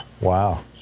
Wow